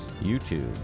YouTube